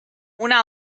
una